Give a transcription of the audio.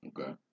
Okay